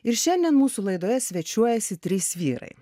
ir šiandien mūsų laidoje svečiuojasi trys vyrai